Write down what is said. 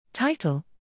TITLE